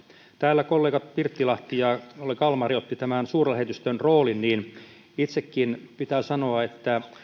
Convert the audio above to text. täällä kollegat pirttilahti ja kalmari ottivat esille suurlähetystön roolin ja itsekin pitää sanoa että